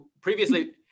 previously